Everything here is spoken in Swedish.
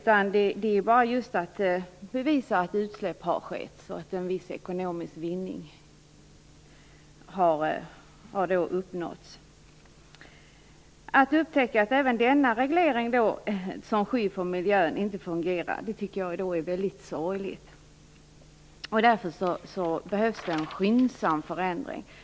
Man behöver bara bevisa att utsläpp har skett och att en viss ekonomisk vinning har erhållits. Att upptäcka att även denna reglering, som skall vara ett skydd för miljön, inte fungerar är väldigt sorgligt. Därför behövs det en skyndsam förändring.